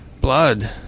blood